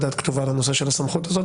דעת כתובה על הנושא של הסמכות הזאת.